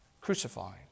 crucified